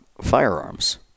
firearms